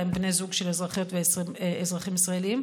הם בני זוג של אזרחיות ואזרחים ישראלים.